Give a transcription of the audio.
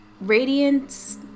radiance